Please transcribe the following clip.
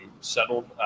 settled